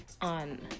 on